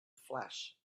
flesh